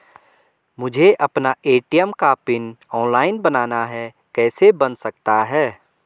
मुझे अपना ए.टी.एम का पिन ऑनलाइन बनाना है कैसे बन सकता है?